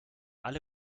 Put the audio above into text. alle